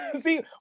See